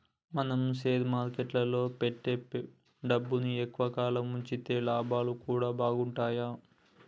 మనం షేర్ మార్కెట్టులో పెట్టే డబ్బుని ఎక్కువ కాలం వుంచితే లాభాలు గూడా బాగుంటయ్